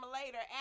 later